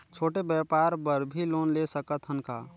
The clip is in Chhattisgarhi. छोटे व्यापार बर भी लोन ले सकत हन का?